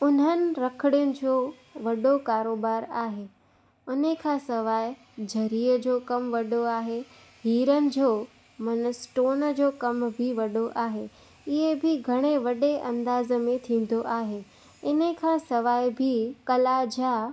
उन्हनि रखिड़ियुनि जो वॾो कारोबार आहे हुन खां सवाइ जरीअ जो कमु वॾो आहे हीरनि जो माना स्टोन जो कमु बि वॾो आहे इहो बि घणे वॾे अंदाज़ में थींदो आहे इनखां सवाइ बि कला जा